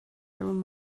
through